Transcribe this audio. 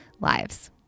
lives